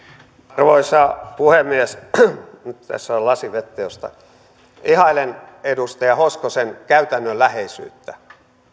arvoisa puhemies nyt tässä on lasi vettä ihailen edustaja hoskosen käytännönläheisyyttä